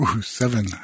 seven